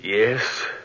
Yes